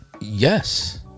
yes